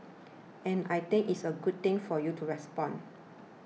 and I think it is a good thing for you to respond